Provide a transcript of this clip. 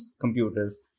computers